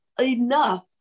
enough